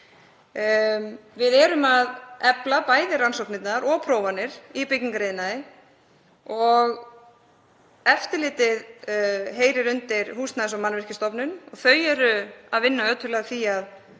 Við erum að efla bæði rannsóknir og prófanir í byggingariðnaði. Eftirlitið heyrir undir Húsnæðis- og mannvirkjastofnun og þau eru að vinna ötullega að því að